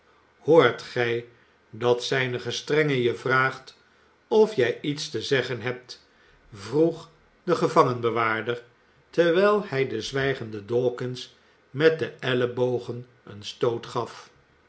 hoort gij dat zijn gestrenge je vraagt of jij iets te zeggen hebt vroeg de gevangenbewaarder terwijl hij den zwijgenden dawkins met de ellebogen een stoot gaf